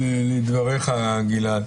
לדברייך, גלעד.